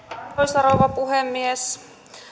arvoisa rouva puhemies